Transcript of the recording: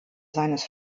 seines